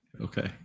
okay